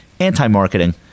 Anti-marketing